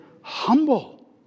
humble